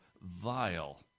vile